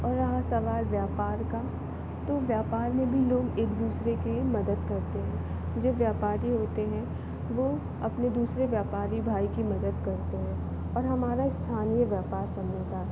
और रहा सवाल व्यापार का तो व्यापार में भी लोग एक दूसरे के मदद करते हैं जो व्यापारी होते हैं वो अपने दूसरे व्यापारी भाई की मदद करते हैं और हमारा स्थानीय व्यापार समूह होता है